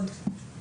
אפליקציה, ברקוד.